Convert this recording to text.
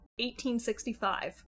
1865